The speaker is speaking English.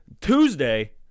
Tuesday